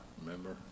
remember